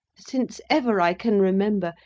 since ever i can remember,